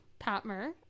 Patmer